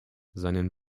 seinen